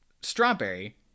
Strawberry